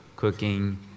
cooking